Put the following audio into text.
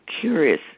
curious